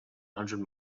hundred